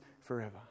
forever